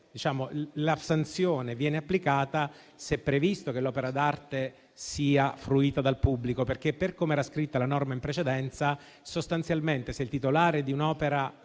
la sanzione viene applicata se è previsto che l'opera d'arte sia fruita dal pubblico. Per come era scritta la norma in precedenza, sostanzialmente, se il titolare di un'opera